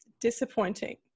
Disappointing